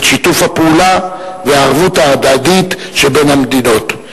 שיתוף הפעולה והערבות ההדדית שבין המדינות.